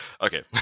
okay